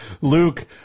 Luke